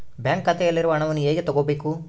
Bank ಖಾತೆಯಲ್ಲಿರುವ ಹಣವನ್ನು ಹೇಗೆ ತಗೋಬೇಕು?